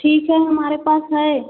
ठीक है हमारे पास है